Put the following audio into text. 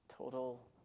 Total